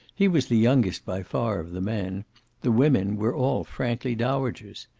he was the youngest by far of the men the women were all frankly dowagers.